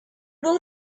will